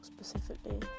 specifically